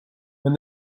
when